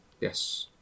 Yes